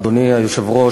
אדוני היושב-ראש,